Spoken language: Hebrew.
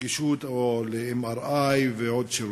נגישות ל-MRI ועוד שירותים.